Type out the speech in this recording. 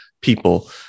people